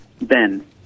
Ben